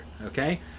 okay